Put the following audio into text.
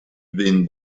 been